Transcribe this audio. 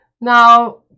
Now